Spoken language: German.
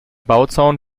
bauzaun